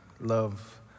love